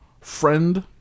friend